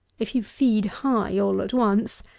if you feed high all at once,